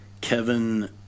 Kevin